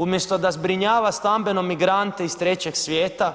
Umjesto da zbrinjava stambeno migrante iz trećeg svijeta